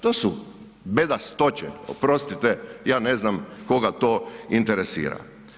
To su bedastoće, oprostite ja ne znam koga to interesira.